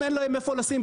אם אין להם איפה לשים,